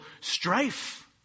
strife